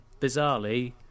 Bizarrely